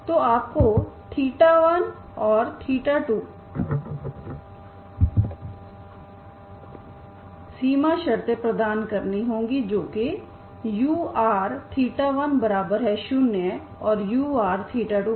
तो आपको 1और2पर शून्य सीमा शर्तें प्रदान करनी होंगी जो कि ur10 और ur20 है